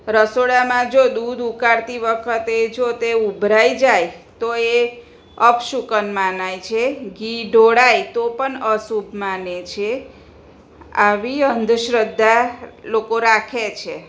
રસોડામાં જો દૂધ ઉકાળતી વખતે જો તે ઊભરાઈ જાય તો એ અપશુકન મનાય છે ઘી ઢોળાય તો પણ અશુભ માને છે આવી અંધશ્રદ્ધા લોકો રાખે છે